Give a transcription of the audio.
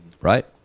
right